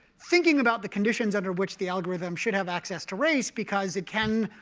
thinking about the conditions under which the algorithm should have access to race because it can,